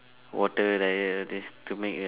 water diet all this to make your